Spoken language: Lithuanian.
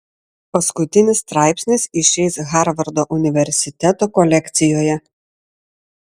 paskutinis straipsnis išeis harvardo universiteto kolekcijoje